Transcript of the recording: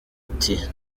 ati